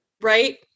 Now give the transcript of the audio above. right